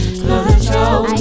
control